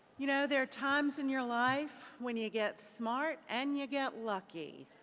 you know, there are times in your life when you get smart and you get lucky.